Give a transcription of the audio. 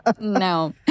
no